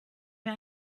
mir